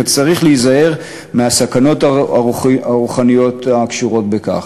וכי צריך להיזהר מהסכנות הרוחניות הקשורות בכך.